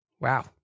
wow